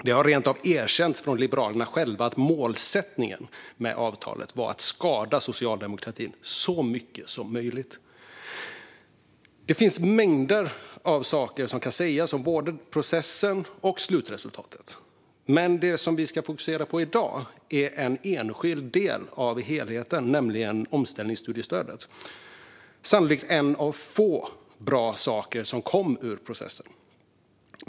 Det har rent av erkänts från Liberalerna själva att målsättningen med avtalet var att skada socialdemokratin så mycket som möjligt. Mängder av saker kan sägas om både processen och slutresultatet. Men det vi ska fokusera på i dag är en enskild del av helheten, nämligen omställningsstudiestödet. Det är sannolikt en av få bra saker som kom ur processen.